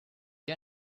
you